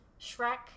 Shrek